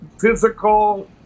physical